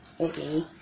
Okay